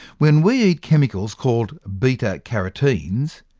when we eat chemicals called beta-carotenes,